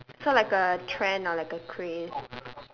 so like a trend or like a craze